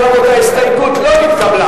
אם כן, רבותי, ההסתייגות לא נתקבלה.